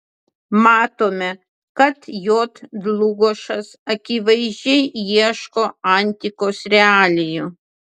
matome kad j dlugošas akivaizdžiai ieško antikos realijų